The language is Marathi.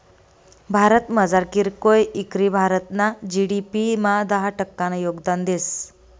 भारतमझार कीरकोय इकरी भारतना जी.डी.पी मा दहा टक्कानं योगदान देस